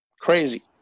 Crazy